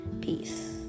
Peace